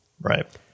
Right